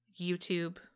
YouTube